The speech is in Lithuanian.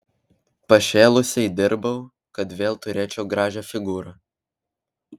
pašėlusiai dirbau kad vėl turėčiau gražią figūrą